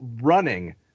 running